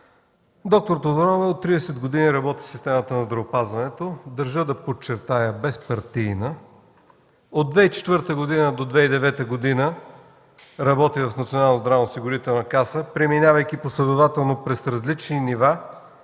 Доктор Тодорова от 30 години работи в системата на здравеопазването. Държа да подчертая – безпартийна. От 2004 до 2009 г. работи в Националната здравноосигурителна каса, преминавайки последователно през различни нива,